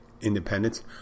independence